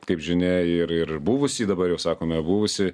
kaip žinia ir ir buvusį dabar jau sakome buvusį